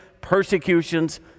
persecutions